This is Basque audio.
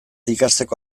ikasteko